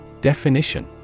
Definition